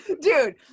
dude